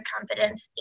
confidence